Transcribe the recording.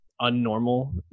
unnormal